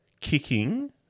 kicking